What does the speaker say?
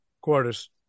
Quarters